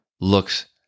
looks